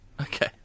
Okay